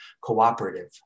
cooperative